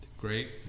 Great